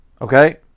okay